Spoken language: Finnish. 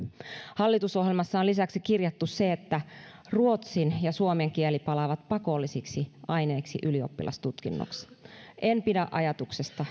hallitusohjelmassa on lisäksi kirjattu se että ruotsin ja suomen kieli palaavat pakollisiksi aineiksi ylioppilastutkinnossa en pidä ajatuksesta